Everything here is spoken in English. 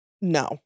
No